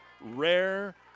Rare